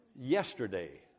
Yesterday